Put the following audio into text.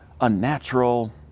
unnatural